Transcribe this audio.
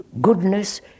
Goodness